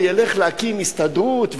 הוא ילך להקים הסתדרות,